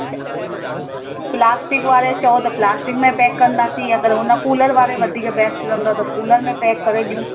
छा प्लास्टिक वारे चयो त प्लास्टिक में पैक कंदासीं अगरि हुन कूलर वारे वधीक बेस्ट रहंदव त कूलर में पैक करे ॾियूं